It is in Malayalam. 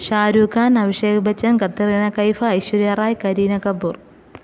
ഷാരൂഖ് ഖാൻ അഭിഷേക്ബച്ചൻ കത്രീന കൈഫ് ഐശ്വര്യറായ് കരീനകപൂർ